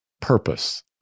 purpose